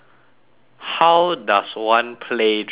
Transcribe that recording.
how does one play dragon boat